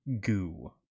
goo